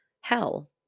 hell